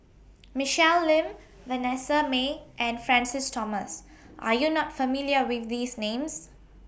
Michelle Lim Vanessa Mae and Francis Thomas Are YOU not familiar with These Names